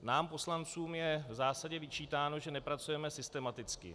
Nám poslancům je v zásadě vyčítáno, že nepracujeme systematicky.